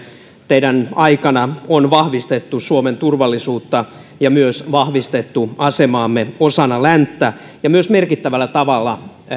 teidän aikananne on vahvistettu suomen turvallisuutta ja myös vahvistettu asemaamme osana länttä ja myös merkittävällä tavalla